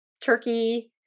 turkey